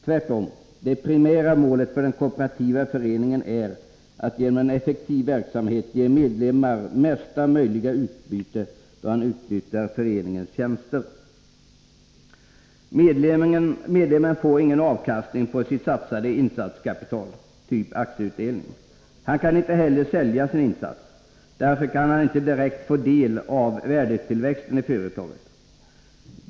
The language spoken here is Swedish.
Tvärtom är det primära målet för den kooperativa föreningen att genom en effektiv verksamhet ge medlemmarna mesta möjliga utbyte, då de utnyttjar föreningens tjänster. Medlemmen får ingen avkastning på sitt satsade insatskapital, typ aktieutdelning. Han kan inte heller sälja sin insats. Därför kan han inte direkt få del av värdetillväxten i företaget.